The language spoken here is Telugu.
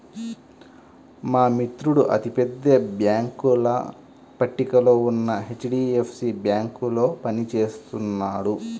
మా మిత్రుడు అతి పెద్ద బ్యేంకుల పట్టికలో ఉన్న హెచ్.డీ.ఎఫ్.సీ బ్యేంకులో పని చేస్తున్నాడు